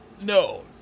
No